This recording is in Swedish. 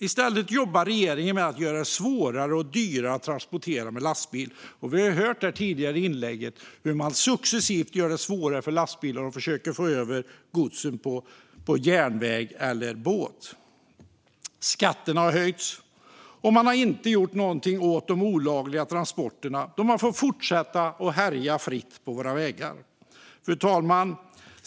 I stället jobbar regeringen med att göra det svårare och dyrare att transportera med lastbil. Vi har hört i tidigare inlägg hur regeringen successivt gör det svårare för lastbilar och försöker få över godset på järnväg eller båt. Skatten har höjts, och man har inte gjort någonting åt de olagliga transporterna, som får fortsätta att härja fritt på våra vägar. Fru talman!